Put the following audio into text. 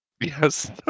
Yes